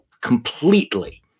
completely